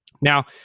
now